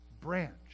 branch